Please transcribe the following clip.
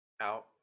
out